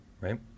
right